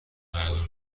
مردم